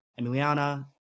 Emiliana